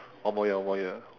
one more year one more year